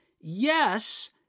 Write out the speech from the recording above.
yes